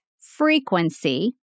frequency